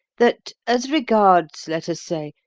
that as regards, let us say,